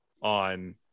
on